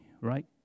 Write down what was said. right